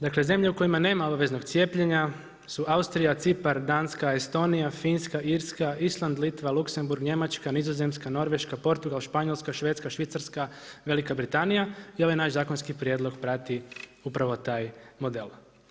Dakle, zemlje u kojima nema obveznog cijepljena, su Austrija, Cipar, Danska Estonija, Finska, Irska, Island, Litva, Luxemburg, Njemačka, Nizozemska, Norveška, Portugal, Španjolska, Švedska, Švicarska, Velika Britanija i ovaj naš zakonski prijedlog prati upravo taj model.